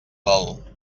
dol